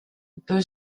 peut